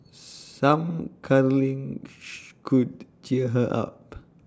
some cuddling could cheer her up